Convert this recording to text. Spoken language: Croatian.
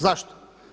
Zašto?